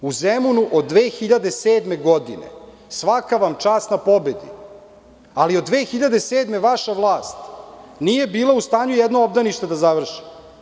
U Zemunu od 2007. godine – svaka vam čast na pobedi, ali od 2007. godine vaša vlast nije bila u stanju jedno obdanište da završi.